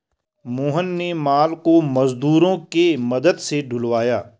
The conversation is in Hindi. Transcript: मोहन ने माल को मजदूरों के मदद से ढूलवाया